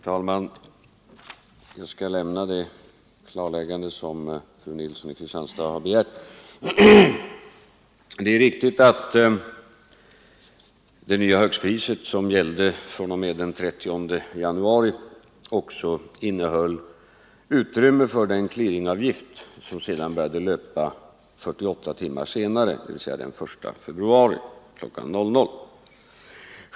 Herr talman! Jag skall lämna det klarläggande som fru Nilsson i Kristianstad har begärt. Det är riktigt att det nya högstpriset som gäller fr.o.m. den 30 januari innehåller utrymme för den clearingavgift som börjar löpa 48 timmar senare, dvs. den 1 februari kl. 0.00.